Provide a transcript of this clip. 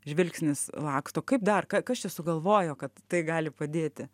žvilgsnis laksto kaip dar ka kas čia sugalvojo kad tai gali padėti